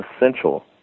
Essential